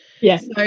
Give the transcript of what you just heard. Yes